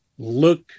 look